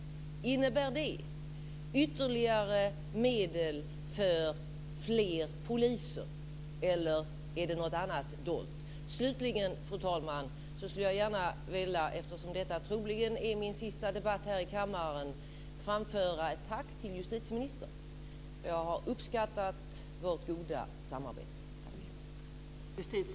Innebär det ytterligare medel för fler poliser, eller döljs något annat? Slutligen, fru talman, skulle jag eftersom detta troligen är min sista debatt här i kammaren gärna vilja framföra ett tack till justitieministern. Jag har uppskattat vårt goda samarbete.